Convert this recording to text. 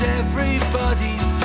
everybody's